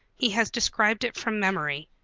he has described it from memory.